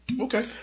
Okay